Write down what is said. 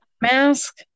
mask